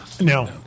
No